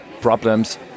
problems